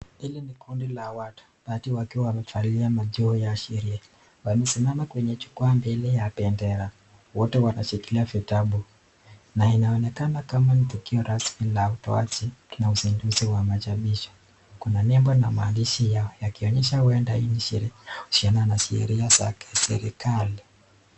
Hili ni kundi la watu. Watu wakiwa wamevalia majoho ya sherehe. Wamesimama kwenye jukwaa mbele ya bendera. Wote wanashikilia vitabu na inaonekana kama ni tukio rasmi la utoaji na uzinduzi wa machapisho. Kuna nembo na maandishi ya kuonyesha huenda ni sherehe husiana na sheria za kiserikali.